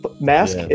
Mask